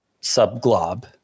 sub-glob